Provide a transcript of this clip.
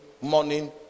morning